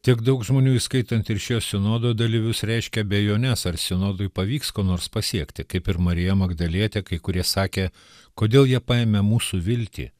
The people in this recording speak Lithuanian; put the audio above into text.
tiek daug žmonių įskaitant ir šio sinodo dalyvius reiškia abejones ar sinodui pavyks ko nors pasiekti kaip ir marija magdalietė kai kurie sakė kodėl jie paėmė mūsų viltį